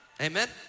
Amen